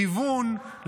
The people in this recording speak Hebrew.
גיוון,